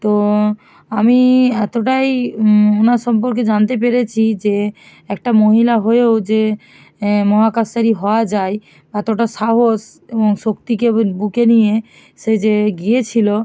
তো আমি এতটাই ওনার সম্পর্কে জানতে পেরেছি যে একটা মহিলা হয়েও যে মহাকাশচারী হওয়া যায় এতটা সাহস এবং শক্তিকে বুকে নিয়ে সে যে গিয়েছিল